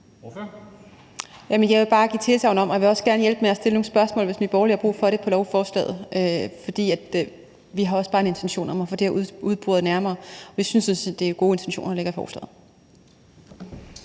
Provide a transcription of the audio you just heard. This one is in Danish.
Jeg vil bare gerne give et tilsagn, og jeg vil også gerne hjælpe med at stille spørgsmål til forslaget, hvis Nye Borgerlige har brug for det, for vi har også en intention om at få det her udboret nærmere. Vi synes sådan set, det er gode intentioner, der ligger i forslaget.